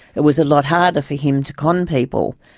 it was a lot harder for him to con people.